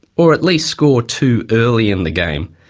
or at least score too early in the game.